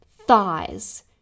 thighs